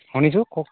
শুনিছোঁ কওকচোন